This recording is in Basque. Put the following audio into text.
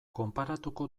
konparatuko